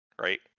Right